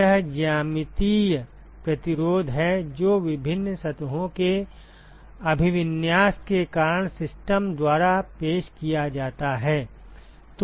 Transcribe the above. यह ज्यामितीय प्रतिरोध है जो विभिन्न सतहों के अभिविन्यास के कारण सिस्टम द्वारा पेश किया जाता है